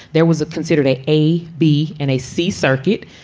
there was a considered a a b and a c circuit.